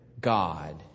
God